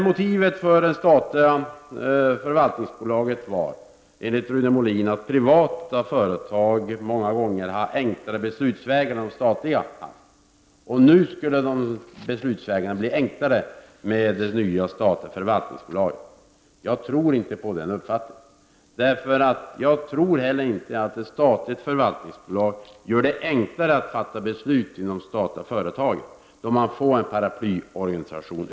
Motivet för det statliga förvaltningsbolaget var, enligt Rune Molin, att de privata företagen många gånger har enklare beslutsvägar än de statliga. Beslutsvägarna skulle bli enklare med det nya statliga förvaltningsbolaget. Jag delar inte den uppfattningen. Jag tror heller inte att ett förvaltningsbolag gör beslutsfattandet i de statliga företagen enklare därför att man får en paraplyorganisation.